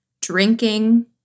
drinking